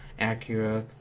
Acura